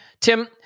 Tim